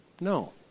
No